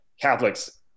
Catholics